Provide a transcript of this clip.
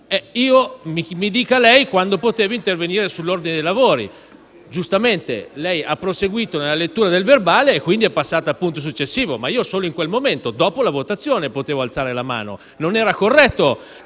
mi dica lei quando potevo intervenire sull'ordine dei lavori. Giustamente lei ha proseguito nella lettura dell'ordine del giorno ed è passata al punto successivo, ma io solo in quel momento, dopo la votazione, potevo alzare la mano. Non era corretto